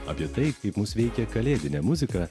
apie tai kaip mus veikia kalėdinė muzika